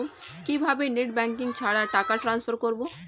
কিভাবে net banking ছাড়া টাকা ট্রান্সফার করবো?